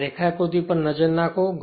આ રેખાકૃતિ પર નજર નાખો